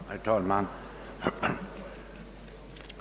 Herr talman!